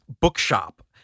bookshop